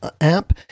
app